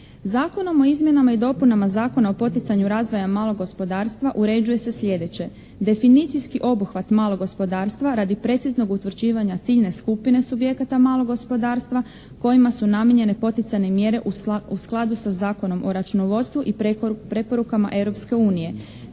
Zakonom o izmjenama i dopunama Zakona o poticanju razvoja malog gospodarstva uređuje se sljedeće. Definicijski obuhvat malog gospodarstva radi preciznog utvrđivanja ciljne skupine subjekata malog gospodarstva kojima su namijenjene poticajne mjere u skladu sa Zakonom o računovodstvu i preporukama Europske unije,